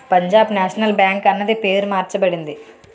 Punjab national bank అన్నది పేరు మార్చబడింది